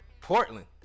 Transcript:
Portland